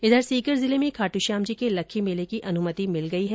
इधर सीकर जिले में खाटूश्यामजी के लक्खी मेले की अनुमति मिल गई है